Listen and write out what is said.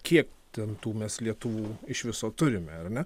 kiek ten tų mes lietuvų iš viso turime ar ne